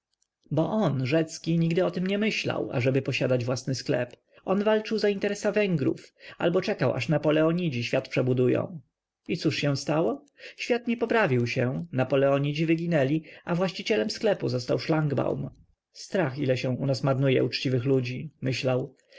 bo on rzecki nigdy o tem nie myślał ażeby posiadać własny sklep on walczył za interesa węgrów albo czekał aż napoleonidzi świat przebudują i cóż się stało świat nie poprawił się napoleonidzi wyginęli a właścicielem sklepu został szlangbaum strach ile się u nas marnuje uczciwych ludzi myślał